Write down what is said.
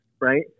right